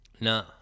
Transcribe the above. No